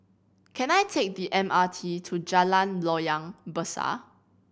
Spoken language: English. can I take the M R T to Jalan Loyang Besar